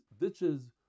ditches